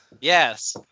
Yes